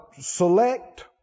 select